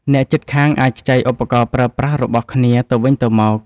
អ្នកជិតខាងអាចខ្ចីឧបករណ៍ប្រើប្រាស់របស់គ្នាទៅវិញទៅមក។